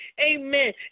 Amen